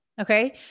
Okay